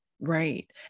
right